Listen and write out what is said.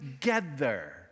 together